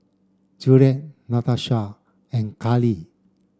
Juliet Natosha and Kali